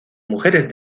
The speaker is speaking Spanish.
mujeres